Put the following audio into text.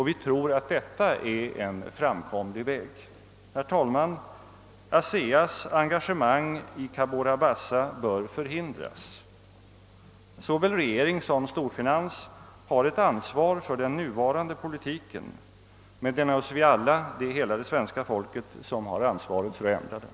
Vi tror att detta är en framkomlig väg. Herr talman! ASEA:s engagemang i Cabora Bassa bör förhindras. Såväl regering som storfinans har ett ansvar för den nuvarande politiken, men det är naturligtvis vi alla, hela det svenska folket, som bär ansvaret för att ändra den.